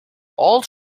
all